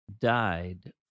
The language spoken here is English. died